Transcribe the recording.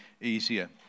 easier